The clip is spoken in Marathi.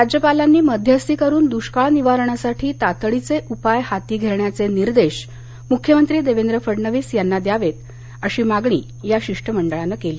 राज्यपालांनी मध्यस्थी करून दृष्काळ निवारणासाठी तातडीचे उपाय हाती घेण्याचे निर्देश मुख्यमंत्री देवेंद्र फडणवीस यांना द्यावेत अशी मागणी या शिष्टमंडळानं केली